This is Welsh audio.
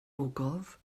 ogof